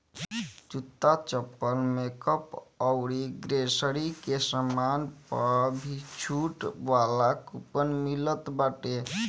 जूता, चप्पल, मेकअप अउरी ग्रोसरी के सामान पअ भी छुट वाला कूपन मिलत बाटे